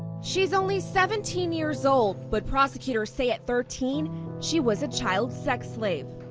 she's only seventeen years old but prosecutors say at thirteen she was a child sex slave.